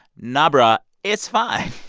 nah, bro, it's fine.